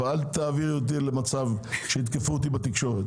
אל תביאי אותי למצב שיתקפו אותי בתקשורת,